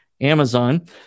Amazon